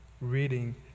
reading